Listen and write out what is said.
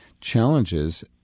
challenges